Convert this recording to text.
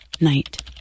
night